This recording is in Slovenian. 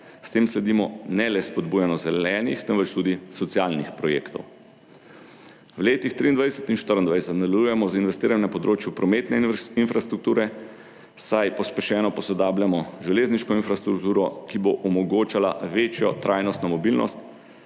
S tem sledimo ne le spodbujanju zelenih, temveč tudi socialnih projektov. V letih 2023 in 2024 nadaljujemo z investiranjem na področju prometne infrastrukture, saj pospešeno posodabljamo železniško infrastrukturo, ki bo omogočala večjo trajnostno mobilnost,